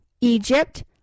Egypt